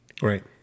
Right